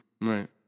Right